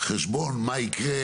חשבון מה יקרה: